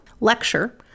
lecture